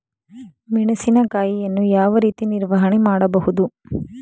ಮೆಣಸಿನಕಾಯಿಯನ್ನು ಯಾವ ರೀತಿ ನಿರ್ವಹಣೆ ಮಾಡಬಹುದು?